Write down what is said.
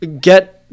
get